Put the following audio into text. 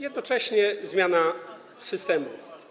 Jednocześnie zmiana systemu.